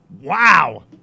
Wow